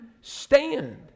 stand